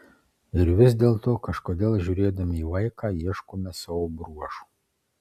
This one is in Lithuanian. ir vis dėlto kodėl žiūrėdami į vaiką ieškome savo bruožų